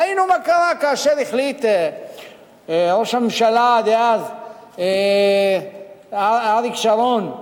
ראינו מה קרה כאשר החליט ראש הממשלה דאז אריק שרון,